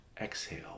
Exhale